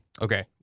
Okay